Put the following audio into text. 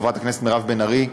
חברת הכנסת מירב בן ארי,